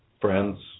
Friends